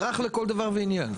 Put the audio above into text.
אזרח לכל דבר ועניין.